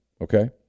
okay